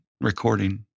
recording